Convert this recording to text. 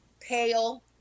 pale